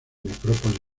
necrópolis